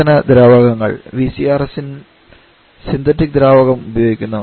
പ്രവർത്തന ദ്രാവകങ്ങൾ VCRS ൽ സിന്തറ്റിക് ദ്രാവകം ഉപയോഗിക്കുന്നു